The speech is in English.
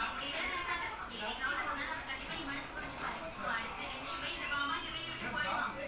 ya it's so wet and heavy right like it legit slow you down more than more than it legit slows you down a lot